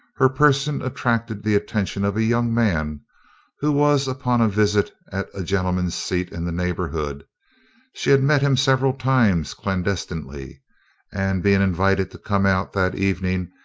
her person attracted the attention of a young man who was upon a visit at a gentleman's seat in the neighbourhood she had met him several times clandestinely and being invited to come out that evening,